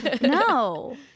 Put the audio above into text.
no